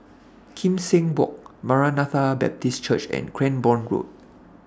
Kim Seng Walk Maranatha Baptist Church and Cranborne Road